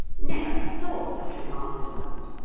never saw such a marvellous lot.